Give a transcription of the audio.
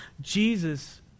Jesus